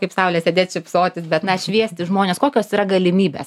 kaip saulė sėdėt šypsotis bet na šviesti žmones kokios yra galimybės